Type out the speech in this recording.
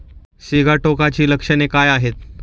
सिगाटोकाची लक्षणे काय आहेत?